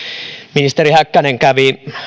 ministeri häkkänen kävi